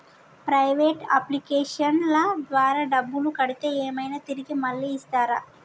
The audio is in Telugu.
ప్రైవేట్ అప్లికేషన్ల ద్వారా డబ్బులు కడితే ఏమైనా తిరిగి మళ్ళీ ఇస్తరా?